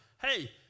hey